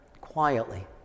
quietly